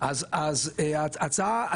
אז ההצעה,